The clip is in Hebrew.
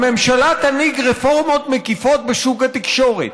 הממשלה תנהיג רפורמות מקיפות בשוק התקשורת.